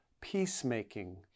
peacemaking